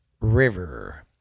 River